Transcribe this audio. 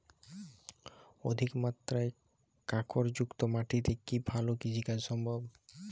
অধিকমাত্রায় কাঁকরযুক্ত মাটিতে কি ভালো কৃষিকাজ সম্ভব?